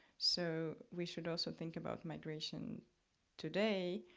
so we should also think about migration today,